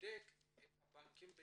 ובודק את הבנקים.